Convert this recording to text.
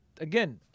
again